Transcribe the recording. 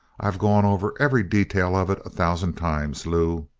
i've gone over every detail of it a thousand times, lew!